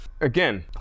again